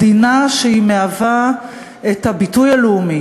מדינה שמהווה את הביטוי הלאומי